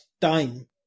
time